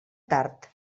tard